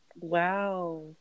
Wow